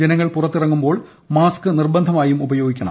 ജനങ്ങൾ പുറത്തിറ്റങ്ങുമ്പോൾ മാസ്ക് നിർബന്ധ മായും ഉപയോഗിക്കണം